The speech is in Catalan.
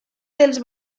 dels